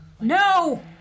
No